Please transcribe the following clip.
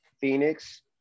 Phoenix